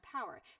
power